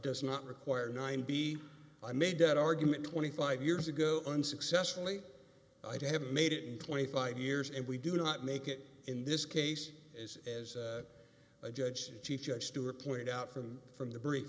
does not require nine b i made that argument twenty five years ago unsuccessfully i have made it in twenty five years and we do not make it in this case is as a judge chief judge stuart pointed out from from the br